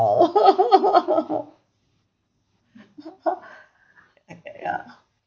and that ya